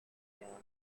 jail